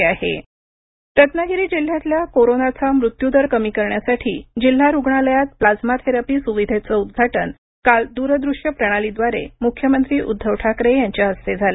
प्लाइमा केंद्र रत्नागिरी रत्नागिरी जिल्ह्यातला कोरोनाचा मृत्युदर कमी करण्यासाठी जिल्हा रुग्णालयात प्लाझ्मा थेरपी सुविधेचं उद्घाटन काल दूरदृश्य प्रणालीद्वारे मुख्यमंत्री उद्धव ठाकरे यांच्या हस्ते झालं